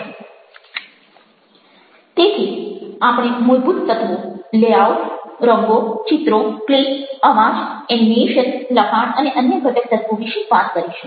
Refer Slide Time 2048 તેથી આપણે મૂળભૂત તત્વો લેઆઉટ રંગો ચિત્રો ક્લિપ અવાજ એનિમેશન લખાણ અને અન્ય ઘટક તત્વો વિશે વાત કરીશું